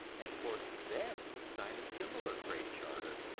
and force them to sign a similar great charter,